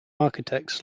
architects